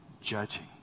judging